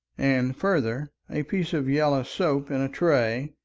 and, further, a piece of yellow soap in a tray,